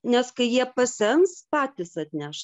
nes kai jie pasens patys atneš